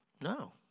No